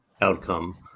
outcome